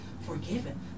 forgiven